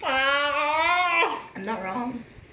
!walao!